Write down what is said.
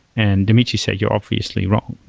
and dmitriy said, you're obviously wrong.